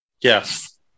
Yes